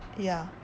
ya